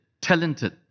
talented